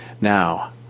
now